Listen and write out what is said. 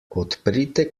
odprite